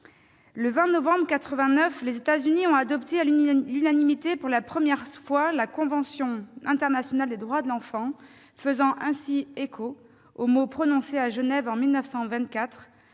Le 20 novembre 1989, les Nations unies ont adopté à l'unanimité pour la première fois la convention internationale des droits de l'enfant, faisant ainsi écho aux mots prononcés à Genève en 1924,